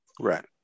Right